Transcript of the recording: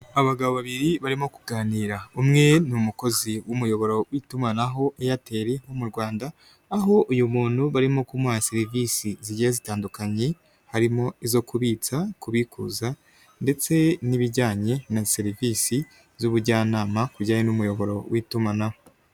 Abagabo babiri barimo kuganira. Umwe ni umukozi w'umuyoboro w'itumanaho airtel wo mu Rwanda, aho uyu muntu barimo kumuha serivisi zigiye zitandukanye, harimo izo kubitsa, kubikuza ndetse n'ibijyanye na serivisi z'ubujyanama ku bijyanye n'umuyoboro w'itumanaho.